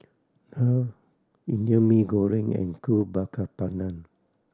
daal Indian Mee Goreng and Kuih Bakar Pandan